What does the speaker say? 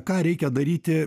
ką reikia daryti